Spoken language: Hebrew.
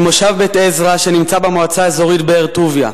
ממושב בית-עזרא שנמצא במועצה האזורית באר-טוביה.